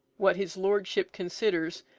what his lordship considers,